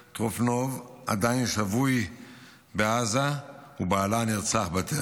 טרופנוב עדיין שבוי בעזה ובעלה נרצח בטבח.